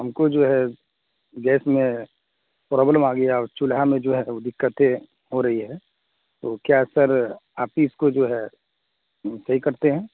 ہم کو جو ہے گیس میں پروبلم آ گیا چولہا میں جو ہے وہ دقتیں ہو رہی ہے تو کیا سر آپ ہی اس کو جو ہے صحیح کرتے ہیں